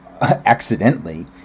accidentally